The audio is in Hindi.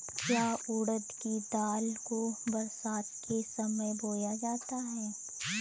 क्या उड़द की फसल को बरसात के समय बोया जाता है?